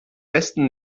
besten